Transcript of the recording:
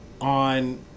on